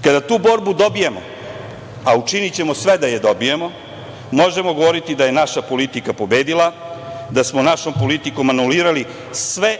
Kada tu borbu dobijemo, a učinićemo sve da je dobijemo, možemo govoriti da je naša politika pobedila, da smo našoj politikom anulirali sve